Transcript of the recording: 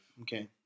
okay